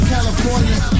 California